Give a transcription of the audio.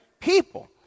people